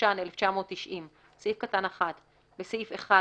התש"ן 1990‏ (1)בסעיף 1,